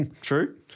True